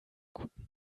guten